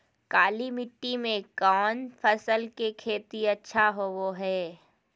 काली मिट्टी में कौन फसल के खेती अच्छा होबो है?